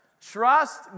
Trust